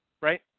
right